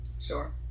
Sure